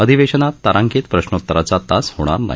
अधिवेशानात तारांकित प्रश्नोतराचा तास होणार नाही